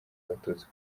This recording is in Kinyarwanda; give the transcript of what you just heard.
abatutsi